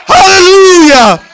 Hallelujah